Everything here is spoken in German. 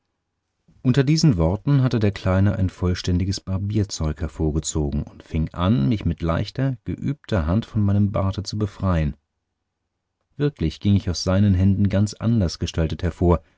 unter diesen worten hatte der kleine ein vollständiges barbierzeug hervorgezogen und fing an mich mit leichter geübter hand von meinem barte zu befreien wirklich ging ich aus seinen händen ganz anders gestaltet hervor